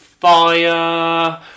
Fire